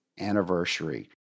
anniversary